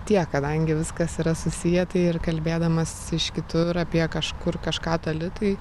tie kadangi viskas yra susiję tai ir kalbėdamas iš kitur apie kažkur kažką toli tai